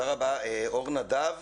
אור נדב,